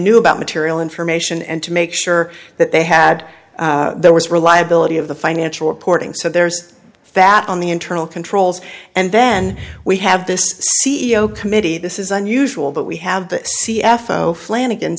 knew about material information and to make sure that they had there was reliability of the financial reporting so there's fat on the internal controls and then we have this c e o committee this is unusual but we have this c f o flanagan